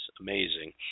amazing